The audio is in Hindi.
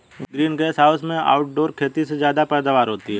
ग्रीन गैस हाउस में आउटडोर खेती से ज्यादा पैदावार होता है